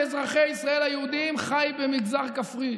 מיעוט קטן מאזרחי ישראל היהודים חי במגזר כפרי.